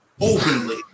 openly